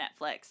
Netflix